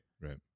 Right